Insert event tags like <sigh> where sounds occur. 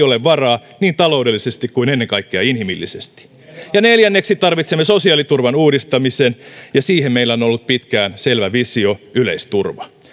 <unintelligible> ole varaa niin taloudellisesti kuin ennen kaikkea inhimillisesti neljänneksi tarvitsemme sosiaaliturvan uudistamisen ja siihen meillä on ollut pitkään selvä visio yleisturva